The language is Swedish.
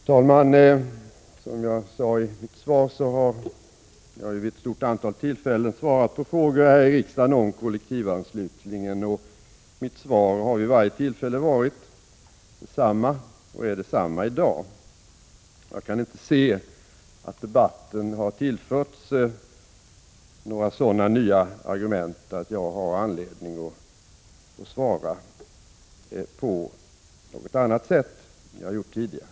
Fru talman! Som jag sade i mitt svar har jag här i riksdagen vid ett stort antal tillfällen svarat på frågor om kollektivanslutningen. Mitt svar har vid varje tillfälle varit detsamma, och det är detsamma i dag. Jag kan inte se att debatten har tillförts några nya argument som är av det slaget att jag har anledning att svara på något annat sätt än jag gjort tidigare.